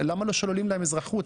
למה לא שוללים להם אזרחות?